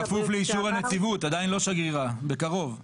בכפוף לאישור הנציבות, עדיין לא שגרירה, בקרוב.